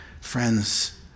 Friends